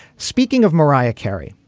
speaking of mariah carey,